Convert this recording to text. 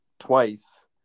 twice